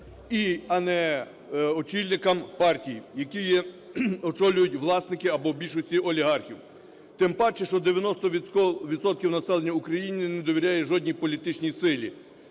а не очільникам партій, які очолюють власники або в більшості олігархи. Тим паче, що 90 відсотків населення України не довіряє жодній політичній силі,